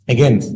Again